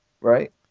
Right